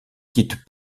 quitte